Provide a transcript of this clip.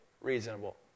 reasonable